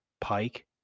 Pike